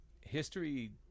history